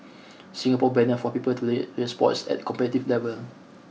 Singapore banner for people to play play sports at competitive level